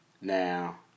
Now